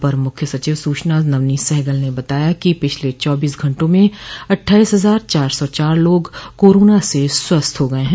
अपर मुख्य सचिव सूचना नवनीत सहगल ने बताया कि पिछले चौबीस घंटों में अठ्ठाइस हजार चार सौ चार लोग कोरोना से स्वस्थ हो गये हैं